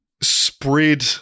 spread